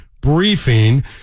briefing